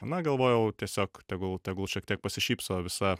na galvojau tiesiog tegul tegul šiek tiek pasišypso visa